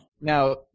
Now